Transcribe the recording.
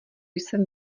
jsem